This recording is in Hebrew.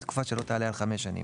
לתקופה שלא תעלה על חמש שנים,